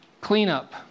cleanup